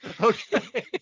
Okay